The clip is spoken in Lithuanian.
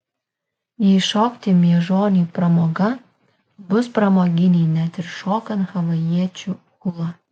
jei šokti miežoniui pramoga bus pramoginiai net ir šokant havajiečių hulą